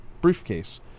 briefcase